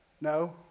No